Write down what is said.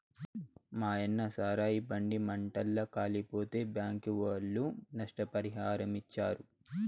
మాయన్న సారాయి బండి మంటల్ల కాలిపోతే బ్యాంకీ ఒళ్ళు నష్టపరిహారమిచ్చారు